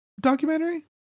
documentary